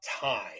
time